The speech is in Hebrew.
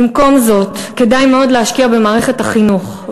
במקום זאת כדאי מאוד להשקיע במערכת החינוך.